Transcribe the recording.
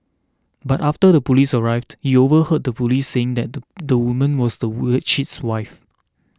but after the police arrived he overheard the police saying that the the woman was the worse cheat's wife